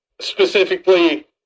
specifically